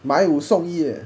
买五送一 eh